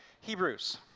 Hebrews